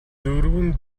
дөрвөн